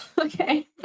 Okay